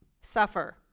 suffer